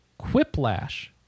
Quiplash